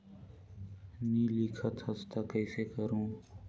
नी लिखत हस ता कइसे करू?